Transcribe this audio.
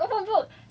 everyone was like